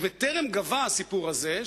ובטרם גווע הסיפור הזה,